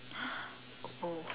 oh